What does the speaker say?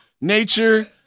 nature